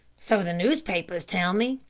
so the newspapers tell me.